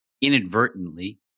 inadvertently